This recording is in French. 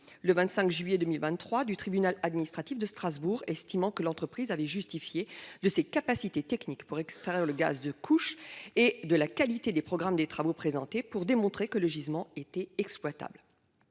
du 25 juillet 2023 du tribunal administratif de Strasbourg, qui a estimé que l’entreprise avait justifié de ses capacités techniques pour extraire du gaz de couche et de la qualité des programmes de travaux présentés pour démontrer que le gisement était exploitable.